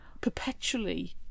perpetually